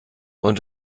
und